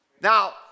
Now